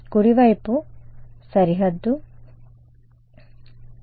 కుడి వైపు సరిహద్దు సరే